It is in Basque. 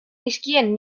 nizkien